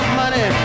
money